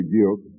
guilt